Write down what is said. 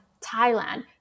Thailand